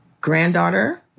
granddaughter